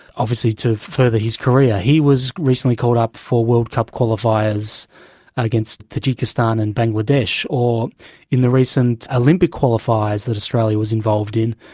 obviously to further his career. he was recently called up for world cup qualifiers against tajikistan and bangladesh. or in the recent olympic qualifiers that australia was involved in,